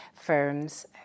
firms